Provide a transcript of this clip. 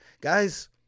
Guys